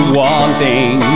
wanting